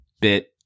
bit